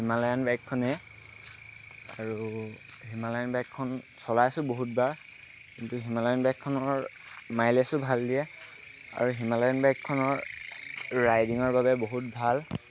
Himalayan বাইকখনেই আৰু Himalayan বাইকখন চলাই আছোঁ বহুতবাৰ কিন্তু হিমালয়ান বাইকখনৰ মাইলেজো ভাল দিয়ে আৰু হিমালয়ান বাইকখনৰ ৰাইডিঙৰ বাবে বহুত ভাল